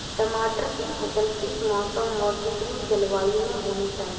टमाटर की फसल किस मौसम व कितनी जलवायु में होनी चाहिए?